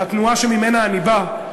לתנועה שממנה אני בא,